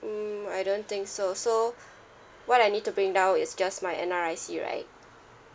hmm I don't think so so what I need to bring down is just my N_R_I_C right